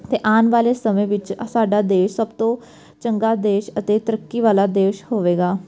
ਅਤੇ ਆਉਣ ਵਾਲੇ ਸਮੇਂ ਵਿੱਚ ਅਸਾਡਾ ਦੇਸ਼ ਸਭ ਤੋਂ ਚੰਗਾ ਦੇਸ਼ ਅਤੇ ਤਰੱਕੀ ਵਾਲਾ ਦੇਸ਼ ਹੋਵੇਗਾ